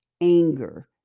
anger